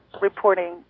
reporting